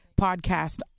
podcast